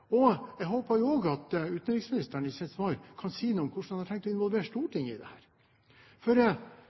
Jeg håper også at utenriksministeren i sitt svar kan si noe om hvordan han har tenkt å involvere Stortinget i dette, for hvis det